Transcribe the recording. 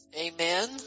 amen